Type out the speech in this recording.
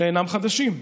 שאינם חדשים,